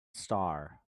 star